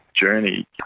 journey